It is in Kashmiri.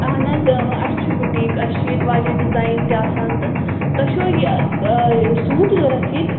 اَہن حظ اَسہِ چھُ بُٹیٖک اَسہِ چھُ ییٚتہِ واریاہ ڈِزایِن تہِ آسان تہٕ تۄہہِ چھوا یہِ سوٗٹ ضروٗرت ییٚتہِ